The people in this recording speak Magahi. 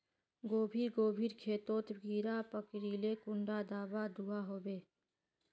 गोभी गोभिर खेतोत कीड़ा पकरिले कुंडा दाबा दुआहोबे?